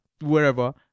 wherever